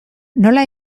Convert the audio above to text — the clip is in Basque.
nola